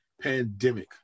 pandemic